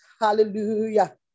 Hallelujah